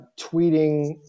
tweeting